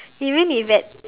you mean you've had